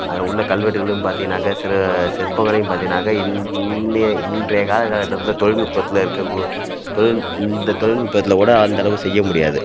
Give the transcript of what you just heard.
அதில் உள்ள கல்வெட்டுகளும் பார்த்தீங்கன்னாக்கா சில சிற்பங்களையும் பார்த்தீங்கன்னாக்கா இன் இன்றைய இன்றைய கால கால கட்டத்தில் தொழில்நுட்பத்தில் இருக்கக்கூ தொழில் இந்த தொழில்நுட்பத்தில் கூட அந்தளவுக்கு செய்ய முடியாது